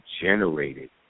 generated